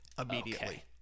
immediately